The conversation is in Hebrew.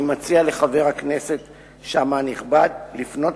אני מציע לחבר הכנסת שאמה הנכבד לפנות